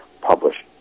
published